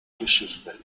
geschichte